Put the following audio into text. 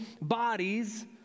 bodies